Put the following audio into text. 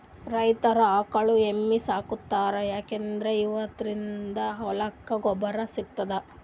ರೈತರ್ ಆಕಳ್ ಎಮ್ಮಿ ಸಾಕೋತಾರ್ ಯಾಕಂದ್ರ ಇವದ್ರಿನ್ದ ಹೊಲಕ್ಕ್ ಗೊಬ್ಬರ್ ಸಿಗ್ತದಂತ್